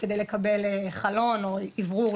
כדי לקבל חלון או איוורור